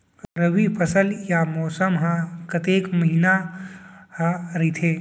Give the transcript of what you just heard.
रबि फसल या मौसम हा कतेक महिना हा रहिथे?